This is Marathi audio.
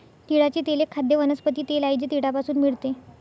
तिळाचे तेल एक खाद्य वनस्पती तेल आहे जे तिळापासून मिळते